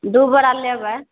दू बोरा लेबै